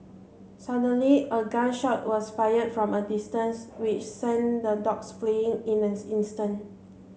suddenly a gun shot was fired from a distance which sent the dogs fleeing in an instant